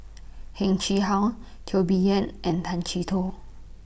Heng Chee How Teo Bee Yen and Tay Chee Toh